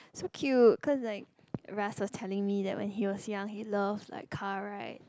so cute cause like Ras telling me that when he was young he loves like car rides